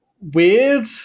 weird